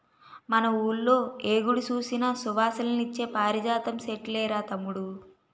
మన వూళ్ళో ఏ గుడి సూసినా సువాసనలిచ్చే పారిజాతం సెట్లేరా తమ్ముడూ